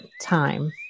time